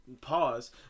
pause